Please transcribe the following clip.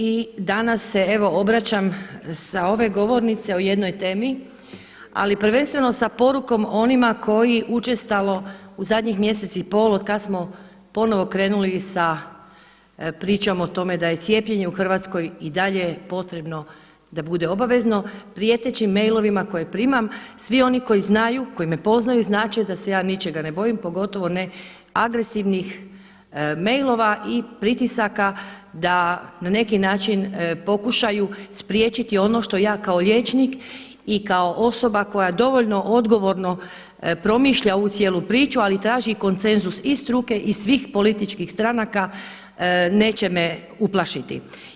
I danas se evo obraćam sa ove govornice o jednoj temi ali prvenstveno sa porukom onima koji učestalo u zadnjih mjesec i pol otkada smo ponovo krenuli sa pričom o tome da je cijepljenje u Hrvatskoj i dalje potrebno da bude obavezno, prijetećim mailovima koje primam, svi oni koji znaju, koji me poznaju znati će da se ja ničega ne bojim pogotovo ne agresivnih mailova i pritisaka da na neki način pokušaju spriječiti ono što ja kao liječnik i kao osoba koja dovoljno odgovorno promišlja ovu cijelu priču ali i traži konsenzus i struke i svih političkih stranaka, neće me uplašiti.